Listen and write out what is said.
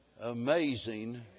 Amazing